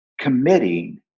committing